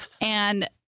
And-